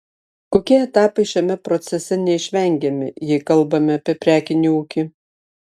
kokie etapai šiame procese neišvengiami jei kalbame apie prekinį ūkį